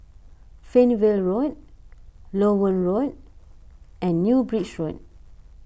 Fernvale Road Loewen Road and New Bridge Road